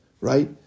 right